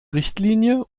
richtlinie